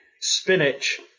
spinach